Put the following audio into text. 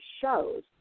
shows